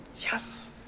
Yes